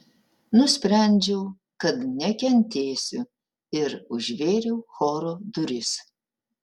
nusprendžiau kad nekentėsiu ir užvėriau choro duris